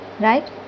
right